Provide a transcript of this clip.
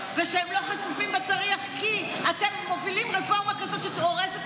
לכם, לא סומכים עליכם אותם, על מי סומכים?